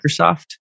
Microsoft